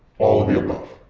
all of the above?